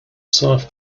serf